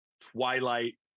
twilight